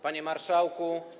Panie Marszałku!